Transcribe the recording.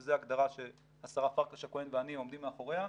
שזו הגדרה שהשרה פרקש-הכהן ואני עומדים מאחוריה,